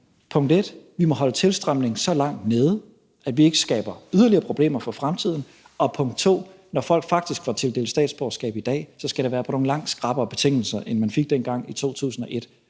punkt 1: Vi må holde tilstrømningen så langt nede, at vi ikke skaber yderligere problemer for fremtiden. Og punkt 2: Når folk faktisk får tildelt statsborgerskab i dag, skal det være på nogle langt skrappere betingelser, end man fik dengang i 2001.